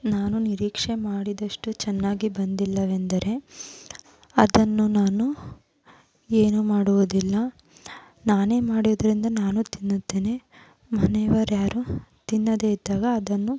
ನಾನು ನಿರೀಕ್ಷೆ ಮಾಡಿದಷ್ಟು ಚೆನ್ನಾಗಿ ಬಂದಿಲ್ಲವೆಂದರೆ ಅದನ್ನು ನಾನು ಏನೂ ಮಾಡುವುದಿಲ್ಲ ನಾನೇ ಮಾಡಿದ್ದರಿಂದ ನಾನು ತಿನ್ನುತ್ತೇನೆ ಮನೆಯವರ್ಯಾರು ತಿನ್ನದೇ ಇದ್ದಾಗ ಅದನ್ನು